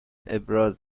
ابراز